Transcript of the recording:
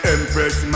Empress